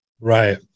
right